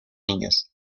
niños